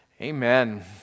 Amen